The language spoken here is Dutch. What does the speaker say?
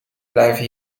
blijven